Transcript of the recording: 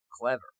clever